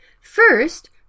First